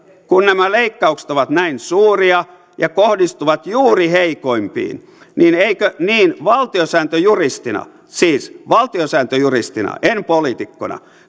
kun nämä leikkaukset ovat näin suuria ja kohdistuvat juuri heikoimpiin niin valtiosääntöjuristina siis valtiosääntöjuristina ei poliitikkona